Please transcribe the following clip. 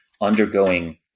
undergoing